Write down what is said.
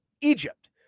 egypt